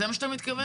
זה מה שאתה מתכוון?